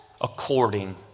according